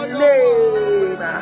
name